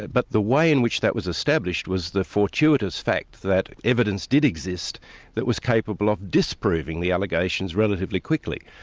but the way in which that was established, was the fortuitous fact that evidence did exist that was capable of disproving the allegations relatively quickly,